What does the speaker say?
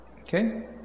okay